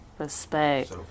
Respect